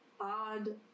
odd